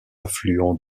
affluent